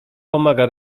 pomaga